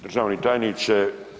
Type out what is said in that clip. Državni tajniče.